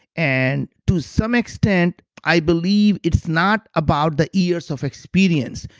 and to some extent, i believe it's not about the years of experience.